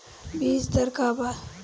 बीज दर का वा?